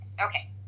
okay